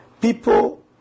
people